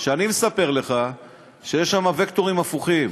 שאני מספר לך שיש שם וקטורים הפוכים,